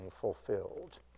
fulfilled